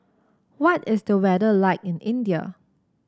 what is the weather like in India